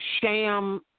sham